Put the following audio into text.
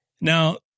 now